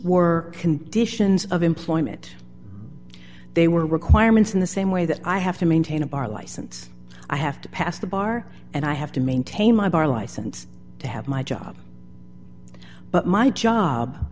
were conditions of employment they were requirements in the same way that i have to maintain a bar license i have to pass the bar and i have to maintain my bar license to have my job but my job